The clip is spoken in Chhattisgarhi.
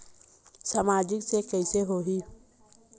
सामाजिक से कइसे होही?